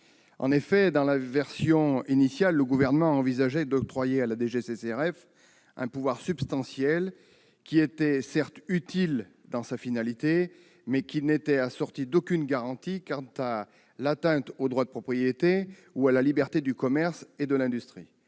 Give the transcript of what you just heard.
publiques. Dans la version initiale de l'article 5, le Gouvernement envisageait d'octroyer à la DGCCRF un pouvoir substantiel, qui était certes utile dans sa finalité, mais qui n'était assorti d'aucune garantie quant à l'atteinte au droit de propriété ou à la liberté du commerce et de l'industrie.